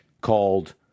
called